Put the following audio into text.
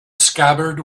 scabbard